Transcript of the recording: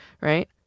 Right